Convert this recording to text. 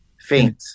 Faint